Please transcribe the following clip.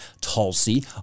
Tulsi